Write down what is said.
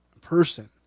person